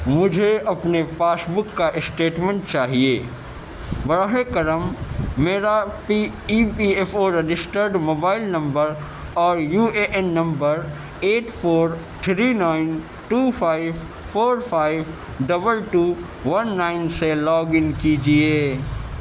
مجھے اپنے پاس بک کا اسٹیٹمنٹ چاہیے براہ کرم میرا P E P F O registered mobile number اور U A N number eight four three nine two five four five double two one nine سے لاگن کیجیے